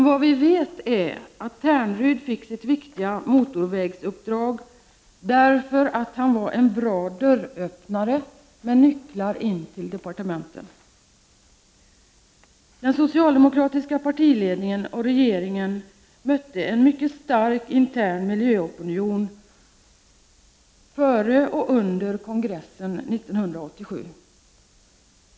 Vad vi vet är att Ternryd fick sitt viktiga motorvägsuppdrag därför att han var en bra ”dörröppnare” med nycklar in till departementet. Den socialdemokratiska partiledningen och regeringen mötte en mycket stark intern miljöopinion före och under kongressen 1987.